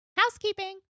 housekeeping